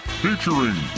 featuring